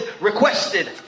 requested